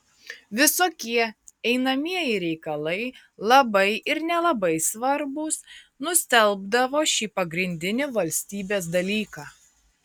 visokie einamieji reikalai labai ir nelabai svarbūs nustelbdavo šį pagrindinį valstybės dalyką